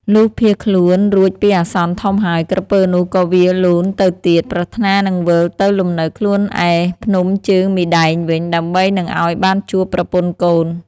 លុះភៀសខ្លួនរួចពីអាសន្នធំហើយ ក្រពើនោះក៏វារលូនទៅទៀត ប្រាថ្នានឹងវិលទៅលំនៅខ្លួនឯភ្នំជើងមីដែងវិញ ដើម្បីនឹងឱ្យបានជួបប្រពន្ធកូន។